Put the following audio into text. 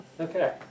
Okay